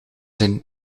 zijn